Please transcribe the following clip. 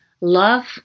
love